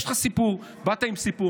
יש לך סיפור, באת עם סיפור.